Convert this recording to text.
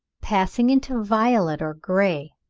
passing into violet or grey.